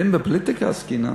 ואם בפוליטיקה עסקינן